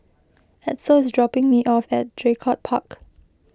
Edsel is dropping me off at Draycott Park